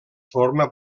forma